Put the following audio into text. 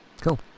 Cool